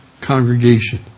congregation